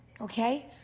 Okay